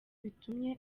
bitumye